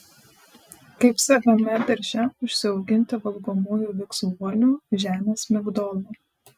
kaip savame darže užsiauginti valgomųjų viksvuolių žemės migdolų